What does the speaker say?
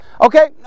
okay